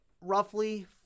roughly